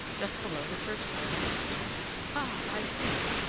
just below the church-spire. ah! i see it,